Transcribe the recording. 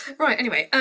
right anyway.